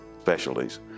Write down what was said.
specialties